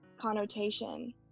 connotation